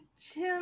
chill